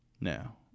Now